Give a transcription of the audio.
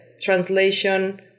translation